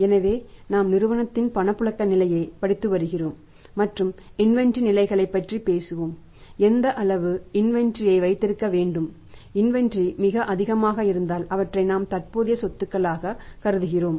எனவே நாம் நிறுவனத்தின் பணப்புழக்க நிலையைப் படித்து வருகிறோம் மற்றும் இன்வெண்டரி மிக அதிகமாக இருந்தால் அவற்றை நாம் தற்போதைய சொத்துக்களாக கருதுகிறோம்